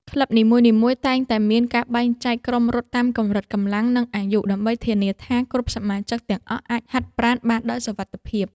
ក្លឹបនីមួយៗតែងតែមានការបែងចែកក្រុមរត់តាមកម្រិតកម្លាំង និងអាយុ ដើម្បីធានាថាគ្រប់សមាជិកទាំងអស់អាចហាត់ប្រាណបានដោយសុវត្ថិភាព។